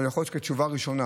או יכול להיות שכתשובה ראשונה,